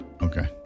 Okay